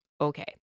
Okay